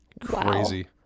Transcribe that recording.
Crazy